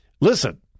listen